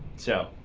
so,